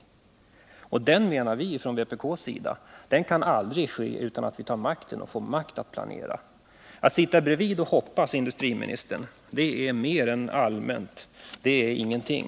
En sådan planering menar vi från vpk:s sida kan aldrig ske utan att vi får makt att planera. Att sitta bredvid och hoppas, industriministern, det är inte ens allmänt. Det är ingenting.